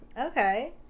okay